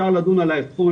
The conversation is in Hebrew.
אפשר לדון על ה- - המשפטי,